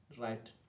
right